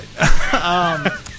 right